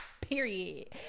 period